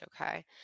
okay